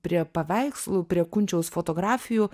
prie paveikslų prie kunčiaus fotografijų